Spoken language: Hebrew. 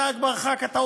אתה אכבר חבר כנסת,